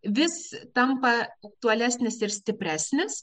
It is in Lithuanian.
vis tampa aktualesnis ir stipresnis